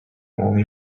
only